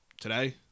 today